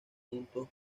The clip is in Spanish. puntos